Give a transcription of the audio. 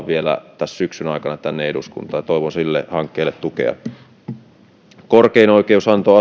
vielä tässä syksyn aikana tänne eduskuntaan ja toivon sille hankkeelle tukea korkein oikeus antoi